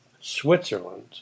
Switzerland